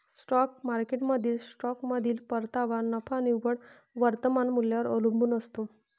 stock मार्केटमधील स्टॉकमधील परतावा नफा निव्वळ वर्तमान मूल्यावर अवलंबून असतो